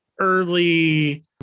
early